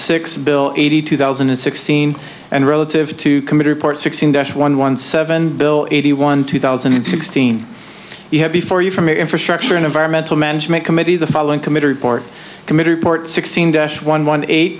six bill eighty two thousand and sixteen and relative to commuter port sixteen dash one one seven bill eighty one two thousand and sixteen you have before you from your infrastructure environmental management committee the following committee report committee report sixteen dash one one eight